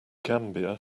gambia